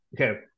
okay